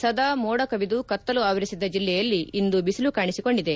ಸದಾ ಮೋಡ ಕವಿದು ಕತ್ತಲು ಆವರಿಸಿದ್ದ ಜಿಲ್ಲೆಯಲ್ಲಿ ಇಂದು ಬಿಸಿಲು ಕಾಣಿಸಿಕೊಂಡಿದೆ